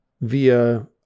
via